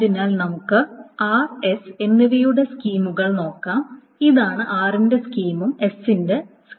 അതിനാൽ നമുക്ക് r s എന്നിവയുടെ സ്കീമുകൾ നോക്കാം ഇതാണ് r ന്റെ സ്കീമും s ന്റെ സ്കീമയും